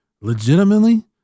legitimately